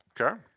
Okay